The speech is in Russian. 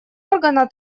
органа